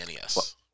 NES